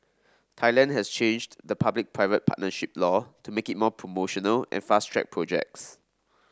Thailand has changed the public private partnership law to make it more promotional and fast track projects